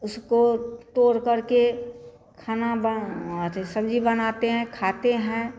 उसको तोड़कर के खाना अरे सब्ज़ी बनाते हैं खाते हैं